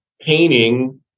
painting